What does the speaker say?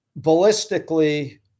ballistically